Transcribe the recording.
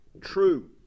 true